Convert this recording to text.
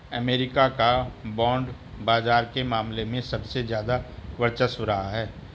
अमरीका का बांड बाजार के मामले में सबसे ज्यादा वर्चस्व रहा है